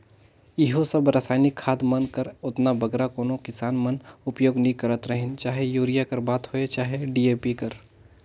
इहों सब रसइनिक खाद मन कर ओतना बगरा कोनो किसान मन उपियोग नी करत रहिन चहे यूरिया कर बात होए चहे डी.ए.पी कर